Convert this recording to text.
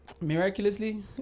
miraculously